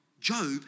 Job